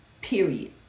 Period